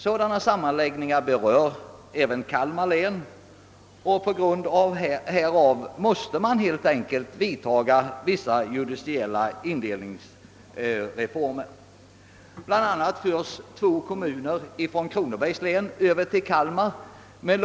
Dessa sammanläggningar berör även Kalmar län, och på grund härav måste helt enkelt vissa judiciella indelningsändringar vidtagas. Bl a. förs två kommuner från Kronobergs län över till Kalmar län.